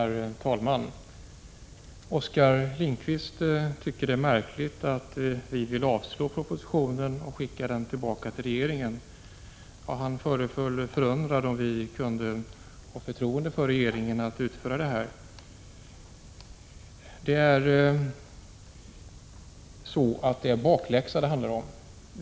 Herr talman! Oskar Lindkvist tycker det är märkligt att vi vill att propositionen skall avslås och skickas tillbaka till regeringen. Han föreföll förundrad över att vi i detta avseende hade förtroende för regeringens förmåga att omarbeta förslaget. Det är en bakläxa det handlar om.